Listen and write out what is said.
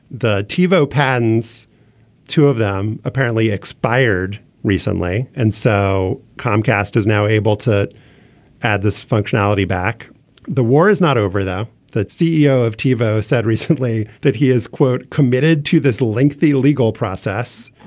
the tivo pans two of them apparently expired recently. and so comcast is now able to add this functionality back the war is not over though that ceo of tivo said recently that he is quote committed to this lengthy legal process.